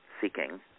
Seeking